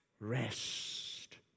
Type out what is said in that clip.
rest